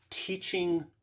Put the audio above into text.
teaching